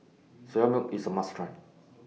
Soya Milk IS A must Try